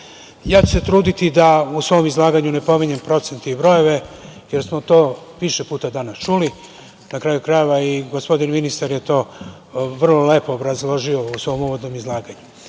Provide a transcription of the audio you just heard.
i kolege, trudiću se da u svom izlaganju ne pominjem procente i brojeve, jer smo to više puta danas čuli, na kraju krajeva i gospodin ministar je to vrlo lepo obrazložio u svom uvodnom izlaganju,